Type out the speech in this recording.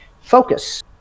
focus